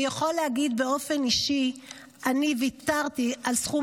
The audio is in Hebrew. אני יכול להגיד באופן אישי שאני ויתרתי על סכום